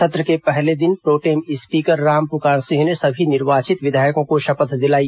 सत्र के पहले दिन प्रोटेम स्पीकर रामपुकार सिंह ने सभी निर्वाचित विधायकों को शपथ दिलाई